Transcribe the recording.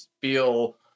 feel